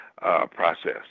process